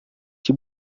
que